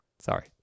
Sorry